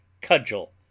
cudgel